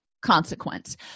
consequence